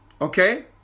Okay